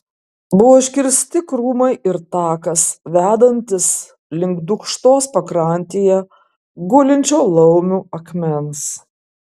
buvo iškirsti krūmai ir takas vedantis link dūkštos pakrantėje gulinčio laumių akmens